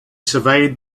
surveyed